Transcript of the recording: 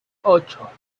ocho